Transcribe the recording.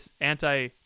Anti